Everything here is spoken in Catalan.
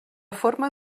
forma